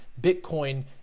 Bitcoin